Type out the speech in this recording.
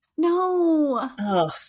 No